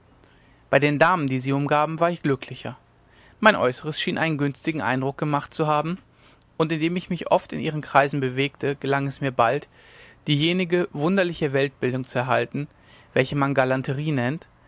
bei den damen die sie umgaben war ich glücklicher mein äußeres schien einen günstigen eindruck gemacht zu haben und indem ich mich oft in ihren kreisen bewegte gelang es mir bald diejenige wunderliche weltbildung zu erhalten welche man galanterie nennt